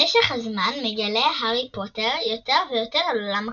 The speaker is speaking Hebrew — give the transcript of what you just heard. במשך הזמן מגלה הארי פוטר יותר ויותר על עולם הקוסמים,